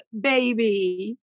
baby